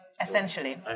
essentially